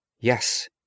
Yes